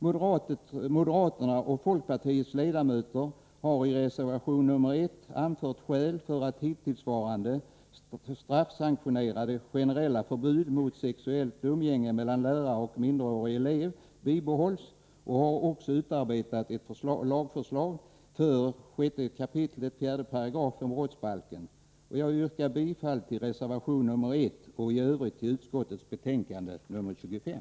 Moderaternas och folkpartiets ledamöter har i reservation nr 1 anfört skäl för att hittillsvarande straffsanktionerade generella förbud mot sexuellt umgänge mellan lärare och minderårig elev bibehålls och har också utarbetat ett lagförslag för 6 kap. 4§ brottsbalken. Jag yrkar bifall till reservation 1 och i övrigt till utskottets hemställan i betänkande nr 25.